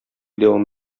дәвам